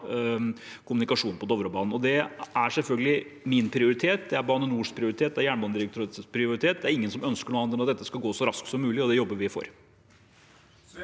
kommunikasjonen på Dovrebanen. Det er selvfølgelig min prioritet, det er Bane NORs prioritet og det er Jernbanedirektoratets prioritet. Det er ingen som ønsker noe annet enn at dette skal gå så raskt som mulig, og det jobber vi for.